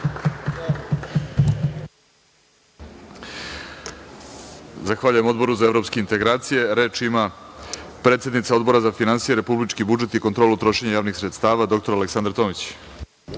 Zahvaljujem Odboru za evropske integracije. Reč ima predsednica Odbora za finansije, republički budžet i kontrolu trošenja javnih sredstava, dr Aleksandra Tomić.